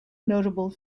notable